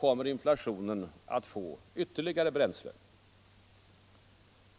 kommer inflationen att få ytterligare bränsle.